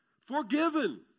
Forgiven